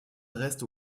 reste